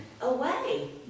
away